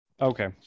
Okay